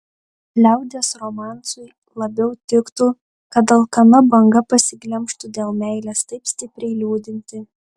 liaudies romansui labiau tiktų kad alkana banga pasiglemžtų dėl meilės taip stipriai liūdintį